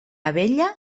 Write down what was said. abella